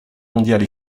mondiale